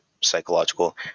psychological